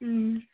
اۭں